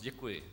Děkuji.